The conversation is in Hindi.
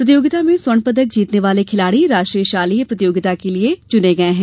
प्रतियोगिता में स्वर्ण पदक जीतने वाले खिलाड़ी राष्ट्रीय शालेय प्रतियोगिता के लिए चयनित हुए है